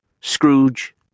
Scrooge